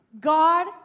God